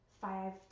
five